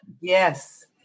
Yes